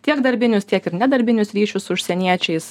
tiek darbinius tiek ir ne darbinius ryšius su užsieniečiais